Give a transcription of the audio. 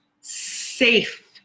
safe